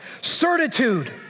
Certitude